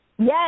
Yes